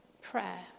prayer